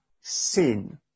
sin